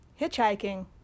hitchhiking